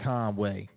Conway